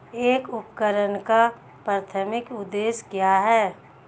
एक उपकरण का प्राथमिक उद्देश्य क्या है?